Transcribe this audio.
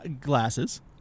Glasses